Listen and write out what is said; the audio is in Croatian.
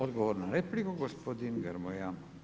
Odgovor na repliku gospodin Grmoja.